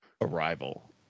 Arrival